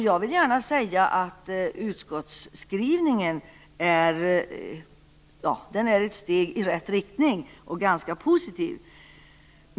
Jag vill gärna säga att utskottsskrivningen är ett steg i rätt riktning och ganska positiv.